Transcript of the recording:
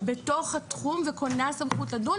בתוך התחום וקונה סמכות לדון,